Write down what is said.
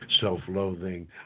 self-loathing